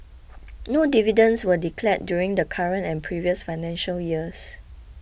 no dividends were declared during the current and previous financial years